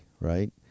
right